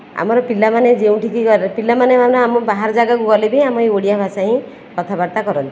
ଆମର ପିଲାମାନେ ଯେଉଁଠିକି ଗଲେ ପିଲା ମାନେ ମାନେ ଆମ ବାହାର ଜାଗାକୁ ଗଲେବି ଆମେ ଏ ଓଡ଼ିଆ ଭାଷା ହିଁ କଥା ବାର୍ତ୍ତା କରନ୍ତି